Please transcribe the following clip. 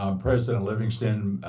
um president livingston,